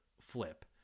Flip